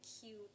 cute